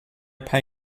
pay